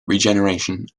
regeneration